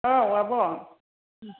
औ आब'